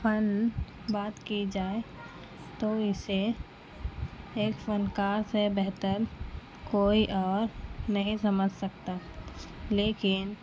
فن بات کی جائے تو اسے ایک فنکار سے بہتر کوئی اور نہیں سمجھ سکتا لیکن